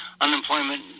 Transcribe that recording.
unemployment